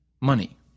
money